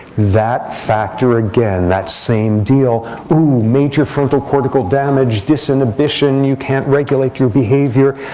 that factor, again, that same deal oh, major frontal cortical damage, disinhibition. you can't regulate your behavior.